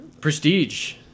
Prestige